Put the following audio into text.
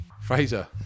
Fraser